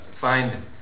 find